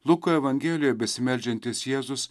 luko evangelijoje besimeldžiantis jėzus